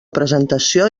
presentació